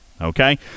okay